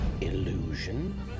Illusion